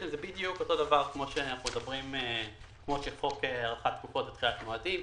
זה בדיוק אותו הדבר כמו חוק הארכת תקופות מועדים,